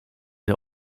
der